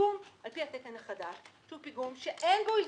הפיגום על פי התקן החדש הוא פיגום שאין בו אלתורים.